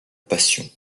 passion